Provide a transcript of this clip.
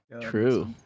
True